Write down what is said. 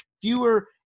fewer